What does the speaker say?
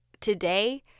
today